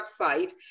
website